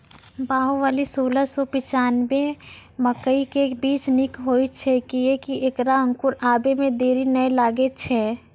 बाहुबली सोलह सौ पिच्छान्यबे मकई के बीज निक होई छै किये की ऐकरा अंकुर आबै मे देरी नैय लागै छै?